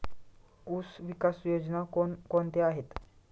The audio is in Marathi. ऊसविकास योजना कोण कोणत्या आहेत?